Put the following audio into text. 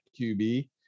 QB